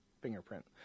fingerprint